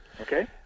Okay